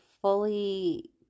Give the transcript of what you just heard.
fully